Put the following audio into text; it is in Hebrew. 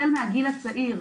החל מהגיל הצעיר,